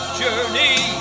journey